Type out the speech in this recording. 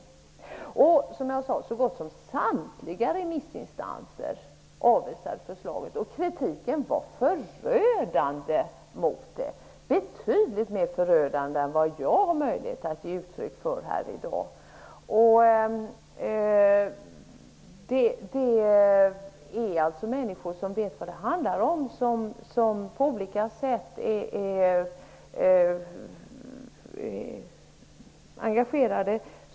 Som jag sade avvisades förslaget av så gott som samtliga remissinstanser. Kritiken mot förslaget var förödande. Den var betydligt mer förödande än vad jag har möjlighet att ge uttryck för här i dag. De som har yttrat sig är människor som vet vad det handlar om och som på olika sätt är engagerade.